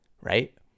right